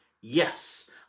yes